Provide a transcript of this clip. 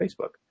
Facebook